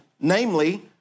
namely